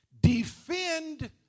Defend